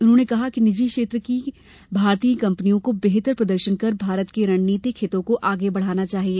उन्होंने कहा कि निजी क्षेत्र की भारतीय कंपनियों को बेहतर प्रदर्शन कर भारत के रणनीतिक हितों को आगे बढ़ाना चाहिए